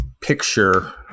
picture